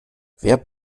wer